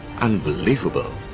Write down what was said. Unbelievable